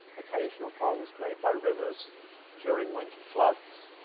occasional ponds made by rivers during winter floods,